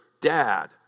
dad